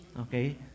Okay